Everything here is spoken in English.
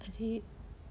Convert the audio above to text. eddie